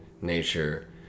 nature